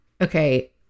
Okay